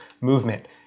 movement